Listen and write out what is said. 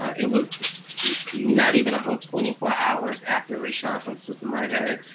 it was not even a whole twenty four hours after rayshard brooks was murdered.